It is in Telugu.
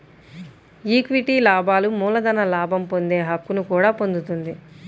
ఈక్విటీ లాభాలు మూలధన లాభం పొందే హక్కును కూడా పొందుతుంది